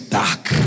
dark